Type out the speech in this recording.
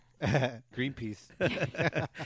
Greenpeace